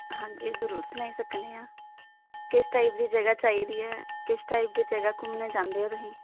हां जी जरूर सनाई सकनेआं किस टाइप दी जगह चाहिदी ऐ किस टाइप दी जगह घुमना चांहदे ओ तुस